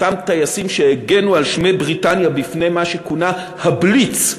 אותם טייסים שהגנו על שמי בריטניה בפני מה שכונה ה"בליץ",